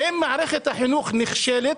ואם מערכת החינוך נכשלת,